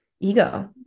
ego